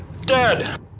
Dead